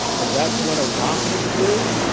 and that's when our confidence grew,